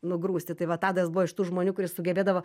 nugrūsti tai va tadas buvo iš tų žmonių kuris sugebėdavo